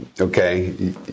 Okay